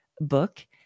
book